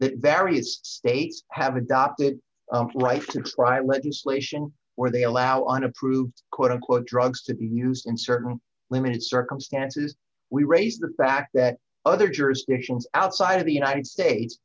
that various states have adopted like to write legislation where they allow unapproved quote unquote drugs to be used in certain limited circumstances we raise the fact that other jurisdictions outside of the united states